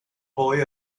boy